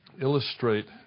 illustrate